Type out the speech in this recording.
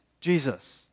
Jesus